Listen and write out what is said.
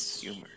Humor